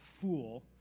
fool